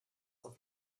auf